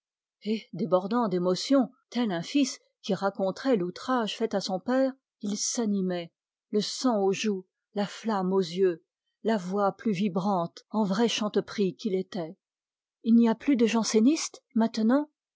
débordant d'émotion tel un fils qui raconterait l'outrage fait à son père il s'animait le sang aux joues la flamme aux yeux la voix plus vibrante en vrai chanteprie qu'il était il n'y a plus de jansénistes maintenant